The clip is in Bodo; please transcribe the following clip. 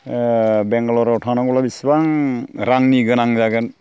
बेंगालरआव थांनांगौब्ला बेसेबां रांनि गोनां जागोन